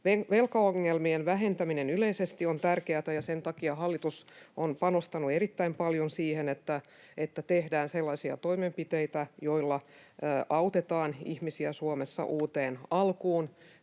Velkaongelmien vähentäminen yleisesti on tärkeätä, ja sen takia hallitus on panostanut erittäin paljon siihen, että tehdään sellaisia toimenpiteitä, joilla autetaan ihmisiä Suomessa uuteen alkuun.